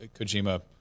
Kojima